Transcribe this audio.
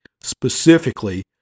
specifically